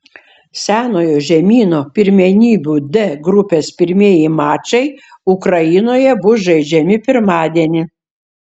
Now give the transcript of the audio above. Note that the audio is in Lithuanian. senojo žemyno pirmenybių d grupės pirmieji mačai ukrainoje bus žaidžiami pirmadienį